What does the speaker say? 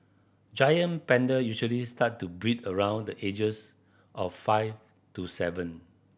giant panda usually start to breed around the ages of five to seven